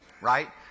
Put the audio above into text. Right